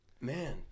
man